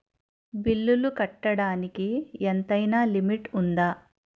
బిల్లులు కట్టడానికి ఎంతైనా లిమిట్ఉందా?